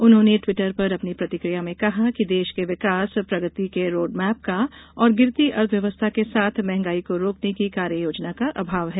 उन्होंने ट्वीटर पर अपनी प्रतिकिया में कहा कि देश के विकास प्रगति के रोडमैप का और गिरती अर्थव्यवस्था के साथ महंगाई को रोकने की कार्य योजना का अभाव है